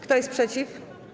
Kto jest przeciw?